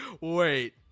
wait